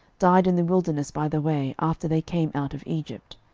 died in the wilderness by the way, after they came out of egypt.